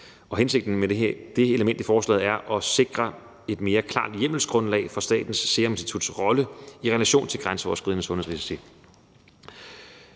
Hensigten med det element i forslaget er at sikre et mere klart hjemmelsgrundlag for Statens Serum Instituts rolle i relation til grænseoverskridende sundhedsrisici.